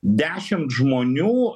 dešimt žmonių